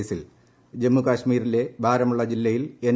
കേസിൽ ജമ്മുകാശ്മീരിലെ ബാരമുള്ള ജില്ലയിൽ എൻ